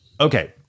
Okay